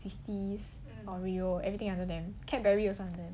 twisties oreo everything other than cadbury also under them